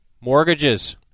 Mortgages